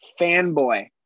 fanboy